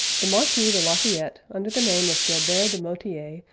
the marquis de la fayette, under the name of gilbert du motier,